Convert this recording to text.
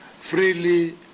freely